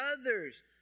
others